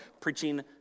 preaching